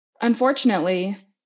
Unfortunately